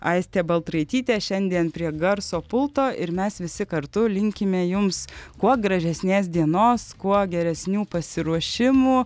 aistė baltraitytė šiandien prie garso pulto ir mes visi kartu linkime jums kuo gražesnės dienos kuo geresnių pasiruošimų